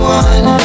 one